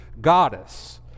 goddess